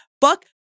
Fuck